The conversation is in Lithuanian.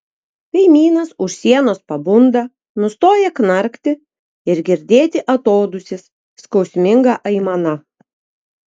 kaimynas už sienos pabunda nustoja knarkti ir girdėti atodūsis skausminga aimana